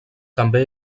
també